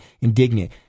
indignant